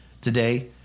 today